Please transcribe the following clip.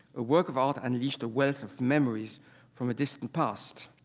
a work of art unleashed a wealth of memories from a distant past.